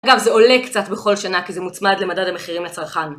אגב, זה עולה קצת בכל שנה כי זה מוצמד למדד המחירים לצרכן.